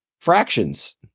Fractions